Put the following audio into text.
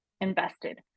invested